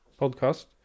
podcast